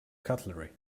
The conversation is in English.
cutlery